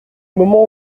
moments